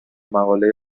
مقالهای